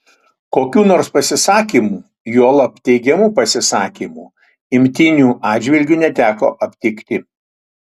kokių nors pasisakymų juolab teigiamų pasisakymų imtynių atžvilgiu neteko aptikti